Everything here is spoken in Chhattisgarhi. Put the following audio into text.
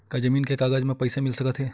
का जमीन के कागज म पईसा मिल सकत हे?